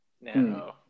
No